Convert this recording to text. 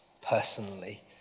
personally